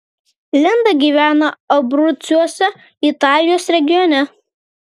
linda gyvena abrucuose italijos regione